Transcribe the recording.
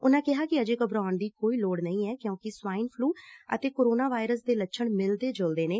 ਉਨਾਂ ਕਿਹਾ ਕਿ ਅਜੇ ਘਬਰਾਉਣ ਦੀ ਕੋਈ ਲੋੜ ਨਹੀਂ ਐ ਕਿਉਂਕਿ ਸਵਾਇਨ ਫਲੁ ਅਤੇ ਕੋਰੋਨਾ ਵਾਇਰਸ ਦੇ ਲੱਛਣ ਮਿਲਦੇ ਜੁਲਦੇ ਨੇ